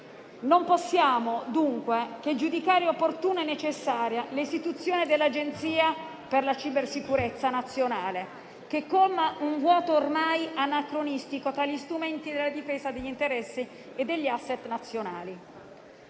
Non possiamo dunque che giudicare opportuna e necessaria l'istituzione dell'Agenzia per la cybersicurezza nazionale, che colma un vuoto ormai anacronistico tra gli strumenti per la difesa degli interessi e degli *asset* nazionali.